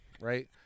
Right